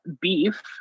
beef